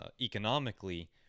economically